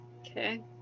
Okay